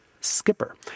skipper